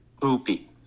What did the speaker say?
Poopy